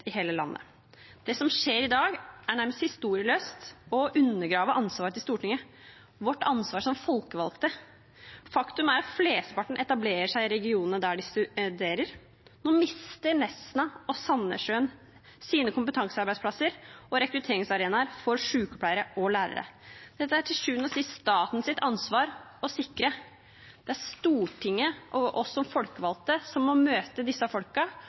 i hele landet. Det som skjer i dag, er nærmest historieløst og undergraver ansvaret til Stortinget, vårt ansvar som folkevalgte. Faktum er at flesteparten etablerer seg i regionene der de studerer. Nå mister Nesna og Sandnessjøen sine kompetansearbeidsplasser og rekrutteringsarenaer for sykepleiere og lærere. Dette er til sjuende og sist statens ansvar å sikre. Det er Stortinget og vi som folkevalgte som må møte disse